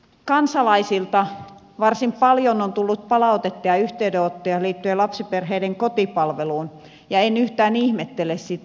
kansalaisilta varsin paljon on tullut palautetta ja yhteydenottoja liittyen lapsiperheiden kotipalveluun ja en yhtään ihmettele sitä